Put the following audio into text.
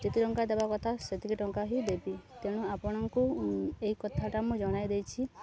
ଯେତେ ଟଙ୍କା ଦେବା କଥା ସେତିକି ଟଙ୍କା ହିଁ ଦେବି ତେଣୁ ଆପଣଙ୍କୁ ଏଇ କଥାଟା ମୁଁ ଜଣାଇ ଦେଇଛି